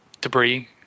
debris